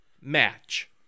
match